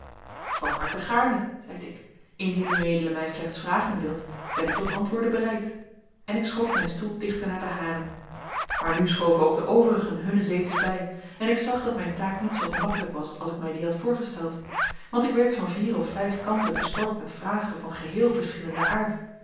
van harte gaarne zeide ik indien ued mij slechts vragen wilt ben ik tot antwoorden bereid en ik schoof mijn stoel dichter naar den haren maar nu schoven ook de overigen hunne zetels bij en ik zag dat mijn taak niet zoo gemakkelijk was als ik mij die had voorgesteld want ik werd van vier of vijf kanten bestormd met vragen van geheel verschillenden aard